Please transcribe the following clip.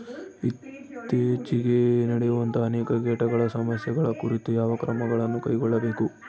ಇತ್ತೇಚಿಗೆ ನಡೆಯುವಂತಹ ಅನೇಕ ಕೇಟಗಳ ಸಮಸ್ಯೆಗಳ ಕುರಿತು ಯಾವ ಕ್ರಮಗಳನ್ನು ಕೈಗೊಳ್ಳಬೇಕು?